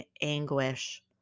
anguish